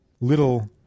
little